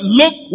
look